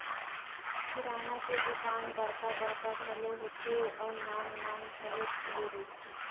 किराना के दुकान बड़का बड़का घलो होथे अउ नान नान घलो खुले रहिथे